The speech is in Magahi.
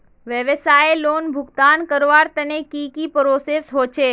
व्यवसाय लोन भुगतान करवार तने की की प्रोसेस होचे?